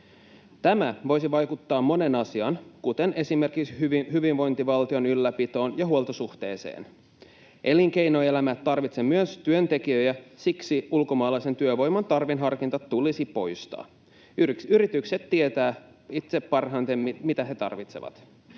Tämä voisi vaikuttaa moneen asiaan, kuten esimerkiksi hyvinvointivaltion ylläpitoon ja huoltosuhteeseen. Elinkeinoelämä tarvitsee myös työntekijöitä, ja siksi ulkomaalaisen työvoiman tarveharkinta tulisi poistaa. Yritykset tietävät itse parhaiten, mitä he tarvitsevat.